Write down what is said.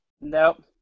Nope